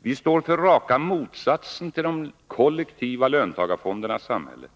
Vi står för raka motsatsen till de kollektiva löntagarfondernas samhälle.